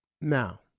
Now